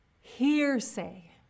Hearsay